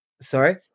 Sorry